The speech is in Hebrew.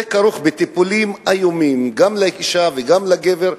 זה כרוך בטיפולים איומים גם לאשה וגם לגבר,